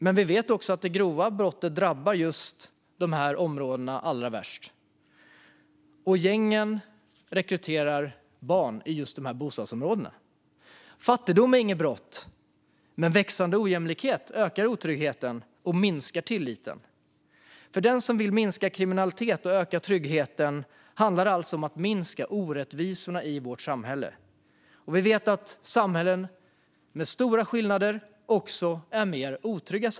Men samtidigt drabbar de grova brotten dessa områden allra värst, och gängen rekryterar barn just där. Fattigdom är inget brott, men växande ojämlikhet ökar otryggheten och minskar tilliten. För den som vill minska kriminaliteten och öka tryggheten handlar det alltså om att minska orättvisorna i samhället. Vi vet att samhällen med stora skillnader också är mer otrygga.